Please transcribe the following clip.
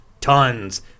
tons